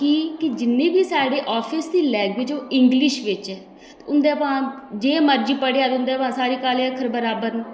की कि जि'न्नै बी साढ़े आफिस दी लैंगवेज ऐ ओह् इंग्लिश बिच्च ऐ ते उं'दे भाएं जे मर्जी पढ़ेआ ते उं'दे साढ़े काले अक्खर बराबर न